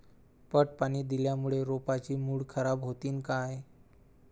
पट पाणी दिल्यामूळे रोपाची मुळ खराब होतीन काय?